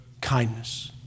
kindness